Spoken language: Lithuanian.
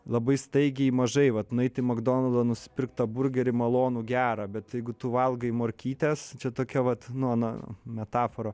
labai staigiai mažai vat nueiti į makdonaldą nusipirkt tą burgerį malonu gera bet jeigu tu valgai morkytes čia tokia vat nu na metafora